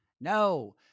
No